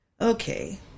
Okay